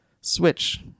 Switch